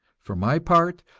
for my part,